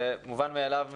זה מובן מאליו מבחינתנו,